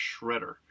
shredder